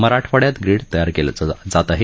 मराठवाड्यात ग्रीड तयार केलं जात आहे